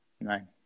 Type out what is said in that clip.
Nine